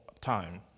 time